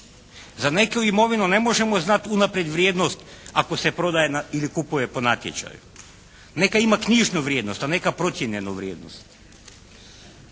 Za neku imovinu ne možemo znat unaprijed vrijednost ako se prodaje ili kupuje po natječaju. Neka ima knjižnu vrijednost a neka procijenjenu vrijednost.